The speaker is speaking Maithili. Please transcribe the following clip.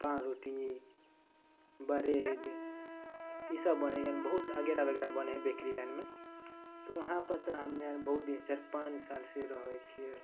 पाँवरोटी बरेड ईसब बनै है बहुत अगेरा बगेरा बनै है बेकरी लाइनमे तऽ वहाँ पर तऽ हमे आर बहुत दिन चारि पाँच साल से रहै छियै